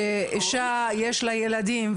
שאישה יש לה ילדים,